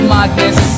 Madness